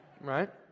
Right